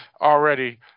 already